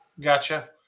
Gotcha